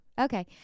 Okay